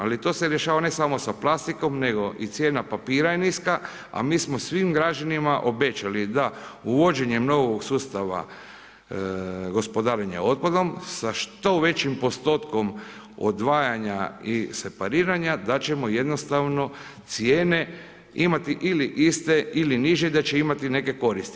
Ali, to se rješava ne samo sa plastikom, nego i cijena papira je niska, a mi smo svim građanima obećali, da uvođenjem novog sustava gospodarenja otpadom sa što većim postotkom odvajanja i separiranja, da ćemo jednostavno cijene imati ili iste ili niže i da će imati neke koristi.